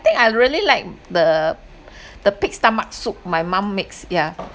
I think I really like the the pig stomach soup my mom makes yeah